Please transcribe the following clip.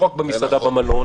לא רק במסעדה במלון.